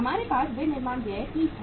हमारे पास विनिर्माण व्यय 30 है